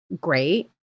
great